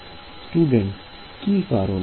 Student কি কারনে